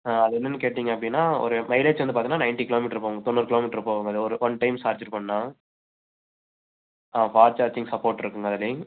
ஆ அது என்னென்னு கேட்டிங்க அப்படின்னா ஒரு மைலேஜ் வந்து பார்திங்கனா நைன்ட்டி கிலோ மீட்டர் போகும் தொண்ணூறு கிலோ மீட்டர் போகுங்க அது ஒரு ஒன் டைம் சார்ஜர் பண்ணால் ஆ ஃபாஸ்ட் சார்ஜிங் சப்போர்ட் இருக்குங்க அதுலையே